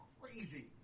crazy